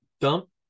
dump